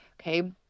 Okay